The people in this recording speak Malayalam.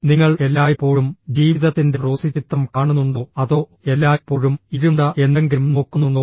നിങ്ങൾ എല്ലായ്പ്പോഴും ജീവിതത്തിന്റെ റോസി ചിത്രം കാണുന്നുണ്ടോ അതോ എല്ലായ്പ്പോഴും ഇരുണ്ട എന്തെങ്കിലും നോക്കുന്നുണ്ടോ